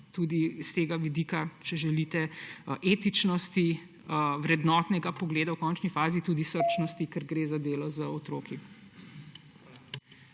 tudi z vidika, če želite, etičnosti, vrednotnega pogleda, v končni faz tudi srčnosti, ker gre za delo z otroki.